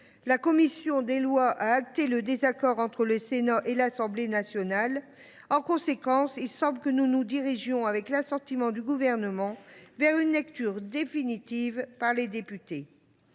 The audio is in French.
La commission des lois a acté le désaccord entre le Sénat et l’Assemblée nationale. En conséquence, il semble que nous nous dirigions, avec l’assentiment du Gouvernement, vers une lecture définitive par les députés.